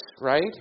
right